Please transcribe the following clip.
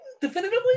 Definitively